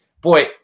boy